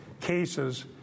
cases